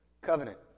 Covenant